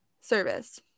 service